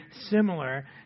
similar